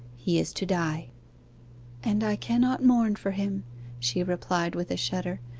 he is to die and i cannot mourn for him she replied with a shudder,